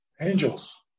Angels